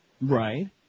Right